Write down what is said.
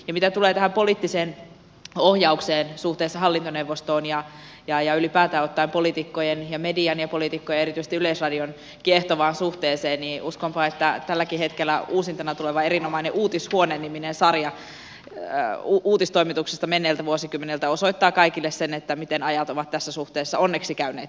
mitä tulee tähän poliittiseen ohjaukseen suhteessa hallintoneuvostoon ja ylipäätään ottaen poliitikkojen ja median ja poliitikkojen ja erityisesti yleisradion kiehtovaan suhteeseen niin uskonpa että tälläkin hetkellä uusintana tuleva erinomainen uutishuone niminen sarja uutistoimituksesta menneiltä vuosikymmeniltä osoittaa kaikille sen miten ajat ovat tässä suhteessa onneksi käyneet pikkuisen parempaan suuntaan